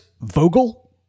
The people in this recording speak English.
vogel